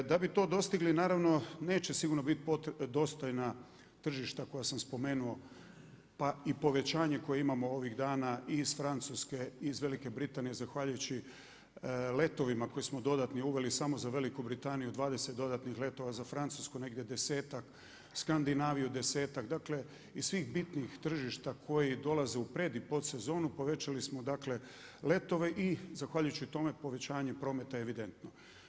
Da bi to dostigli naravno neće sigurno biti dostojna tržišta koja sam spomenuo pa i povećanje koje imamo ovih dana i iz Francuske, i iz Velike Britanije zahvaljujući letovima koje smo dodatno uveli samo za Veliku Britaniju 20 dodatnih letova, za Francusku negdje desetak, Skandinaviju desetak, dakle iz svih bitnih tržišta koji dolaze u pred i pod sezonu povećali smo letove i zahvaljujući tome je povećanje prometa evidentno.